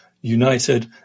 united